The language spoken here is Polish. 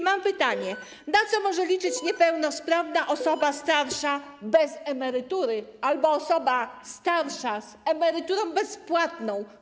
Mam pytanie: Na co może liczyć niepełnosprawna osoba starsza bez emerytury albo osoba starsza z emeryturą bezpłatną?